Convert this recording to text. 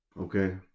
Okay